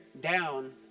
down